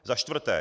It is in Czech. Za čtvrté.